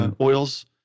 oils